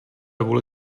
vůli